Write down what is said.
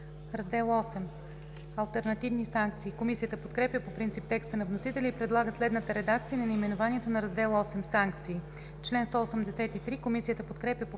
„Раздел VІІІ – Алтернативни санкции“. Комисията подкрепя по принцип текста на вносителя и предлага следната редакция на наименованието на Раздел VІІІ – „Санкции“.